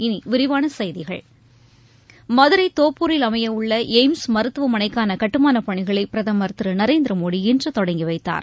இனி விரிவான செய்திகள் மதுரை தோப்பூரில் அமையவுள்ள எய்ம்ஸ் மருத்துவமனைக்கான கட்டுமானப் பணிகளை பிரதமர் திரு நரேந்திர மோடி இன்று தொடங்கி வைத்தார்